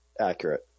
accurate